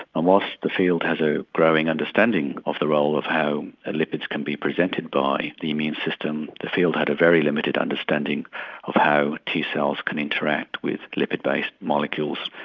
um whilst the field has a growing understanding of the role of how lipids can be presented by the immune system, the field had a very limited understanding of how t-cells can interact with lipid-based molecules,